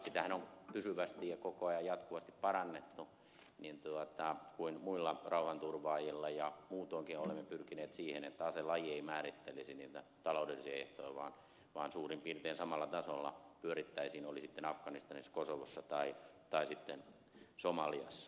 sitähän on pysyvästi ja koko ajan jatkuvasti parannettu niin kuin muilla rauhanturvaajilla ja muutoinkin olemme pyrkineet siihen että aselaji ei määrittelisi niitä taloudellisia ehtoja vaan suurin piirtein samalla tasolla pyörittäisiin oli sitten afganistanissa kosovossa tai sitten somaliassa